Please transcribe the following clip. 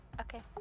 Okay